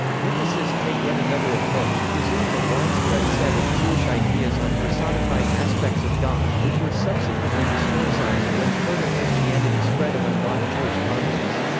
mythicists take yet another approach, approach, presuming a widespread set of jewish ideas on personified aspects of god, which were subsequently historicised when proto-christianity spread among non-jewish converts.